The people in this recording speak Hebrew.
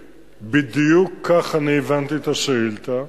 בדיוק כך אני הבנתי את השאילתא,